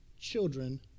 children